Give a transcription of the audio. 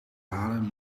halen